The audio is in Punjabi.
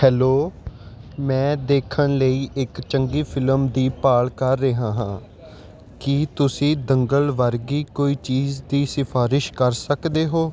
ਹੈਲੋ ਮੈਂ ਦੇਖਣ ਲਈ ਇੱਕ ਚੰਗੀ ਫਿਲਮ ਦੀ ਭਾਲ ਕਰ ਰਿਹਾ ਹਾਂ ਕੀ ਤੁਸੀਂ ਦੰਗਲ ਵਰਗੀ ਕੋਈ ਚੀਜ਼ ਦੀ ਸਿਫਾਰਿਸ਼ ਕਰ ਸਕਦੇ ਹੋ